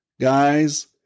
Guys